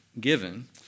given